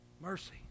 mercy